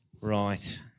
Right